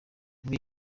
muri